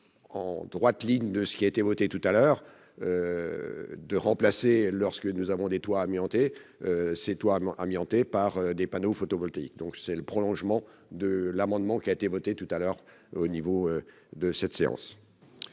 en droite ligne de ce qui a été voté tout à l'heure de remplacer lorsque nous avons des toits amiantés c'est toits amiantés par des panneaux photovoltaïques, donc c'est le prolongement de l'amendement qui a été voté tout à l'heure au niveau de cette séance.